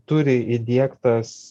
turi įdiegtas